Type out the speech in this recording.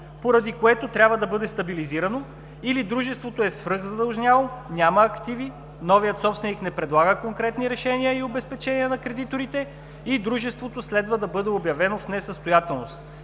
поради което трябва да бъде стабилизирано, или дружеството е свръхзадлъжняло, няма активи, новият собственик не предлага конкретни решения и обезпечение на кредиторите и дружеството следва да бъде обявено в несъстоятелност,